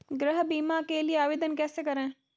गृह बीमा के लिए आवेदन कैसे करें?